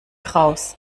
raus